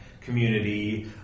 community